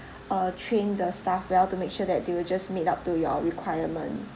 uh trained the staff well to make sure that they will just made up to your requirement